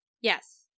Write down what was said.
Yes